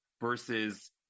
versus